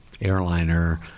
airliner